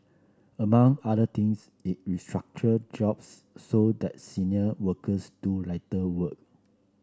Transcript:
among other things it restructured jobs so that senior workers do lighter work